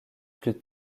plus